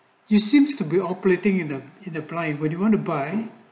you seems to be operating in the in apply where do you want to buy